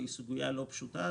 והיא סוגיה לא פשוטה,